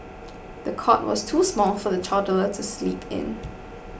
the cot was too small for the toddler to sleep in